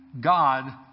God